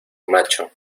macho